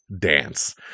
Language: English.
Dance